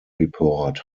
report